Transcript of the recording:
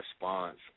response